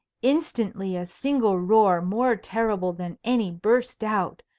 instantly a single roar more terrible than any burst out,